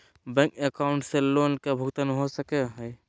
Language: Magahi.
बैंक अकाउंट से लोन का भुगतान हो सको हई?